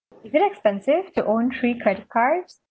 is that expensive to own three credit cards